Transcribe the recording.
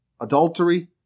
adultery